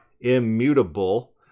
immutable